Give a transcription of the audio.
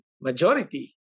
majority